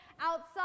outside